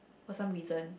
for some reason